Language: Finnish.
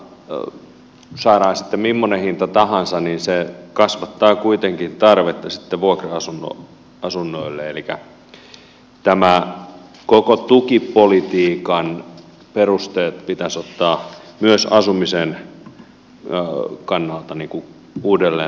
ja saadaan sitten mimmoinen hinta tahansa se kasvattaa kuitenkin sitten tarvetta vuokra asunnoille elikkä tämän koko tukipolitiikan perusteet pitäisi ottaa myös asumisen kannalta uudelleen tarkasteluun